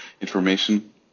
information